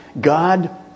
God